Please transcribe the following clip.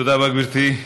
תודה רבה, גברתי.